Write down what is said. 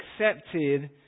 accepted